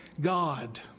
God